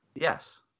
Yes